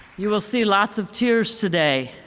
you will see lots of tears today.